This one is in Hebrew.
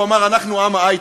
הוא אמר: אנחנו עם ההיי-טק,